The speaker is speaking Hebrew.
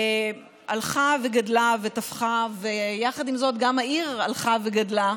הלכה וגדלה ותפחה, ויחד עם זה גם העיר הלכה וגדלה.